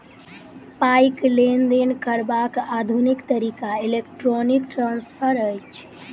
पाइक लेन देन करबाक आधुनिक तरीका इलेक्ट्रौनिक ट्रांस्फर अछि